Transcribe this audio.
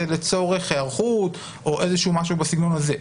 לצורך היערכות או איזשהו משהו בסגנון הזה,